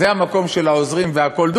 זה המקום של העוזרים והכול.